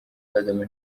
kagame